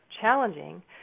challenging